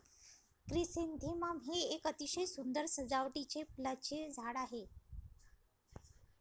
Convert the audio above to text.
chrysanthemum हे एक अतिशय सुंदर सजावटीचे फुलांचे झाड आहे